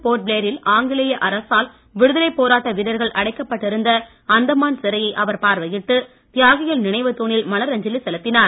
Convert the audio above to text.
போர்ட்பிளேயரில் ஆங்கிலேய அரசால் விடுதலை போராட்ட வீரர்கள் அடைக்கப்பட்டு இருந்த அந்தமான் சிறையை அவர் பார்வையிட்டு தியாகிகள் நினைவுத் தூணில் மலர் அஞ்சலி செலுத்தினார்